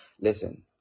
Listen